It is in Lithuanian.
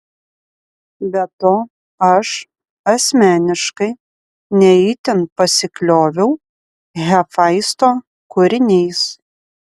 be to aš asmeniškai ne itin pasiklioviau hefaisto kūriniais